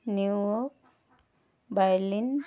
New York Berlin